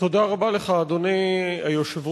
תודה רבה לך, אדוני היושב-ראש.